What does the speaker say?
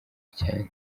cyane